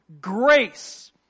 grace